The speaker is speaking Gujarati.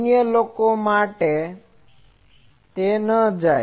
અન્ય લોકો માટે તે ન જાય